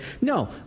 No